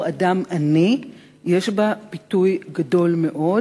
חליפה שעבור אדם עני יש בה פיתוי גדול מאוד